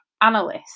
analyst